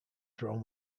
drawn